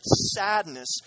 sadness